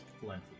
Plenty